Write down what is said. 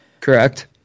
Correct